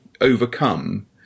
overcome